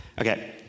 Okay